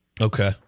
Okay